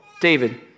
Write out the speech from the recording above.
David